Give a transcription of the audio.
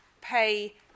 pay